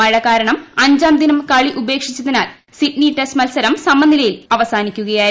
മഴകാരണം അഞ്ചാം ദിനം കളി ഉപേക്ഷിച്ചതിനാൽ സിഡ്നി ടെസ്റ്റ് മത്സരം സമനിലയിൽ അവസാനിക്കുകയായിരുന്നു